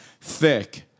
thick